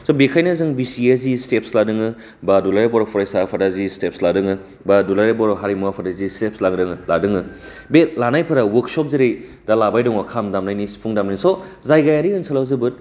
स' बिखायनो जों बिसिएआ जि स्टेपस लादोङो बा दुलाराय बर' फारासा आफादा जि स्टेपस नारोङो बा दुलाराय बर हारिमु आफादा जि स्टोपस लाबोदोङो लारोङो बे लानायफोराव बगसुआ जेरै दा लाबाय दं खाम दामनाय सिफुं दामनायनि स' जायगायारि ओनसोलाव जोबोद